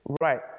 Right